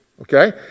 okay